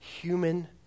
human